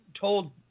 told